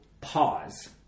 pause